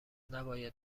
نباید